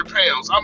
pounds